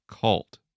cult